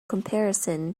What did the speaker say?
comparison